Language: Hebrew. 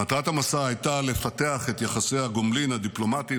מטרת המסע הייתה לפתח את יחסי הגומלין הדיפלומטיים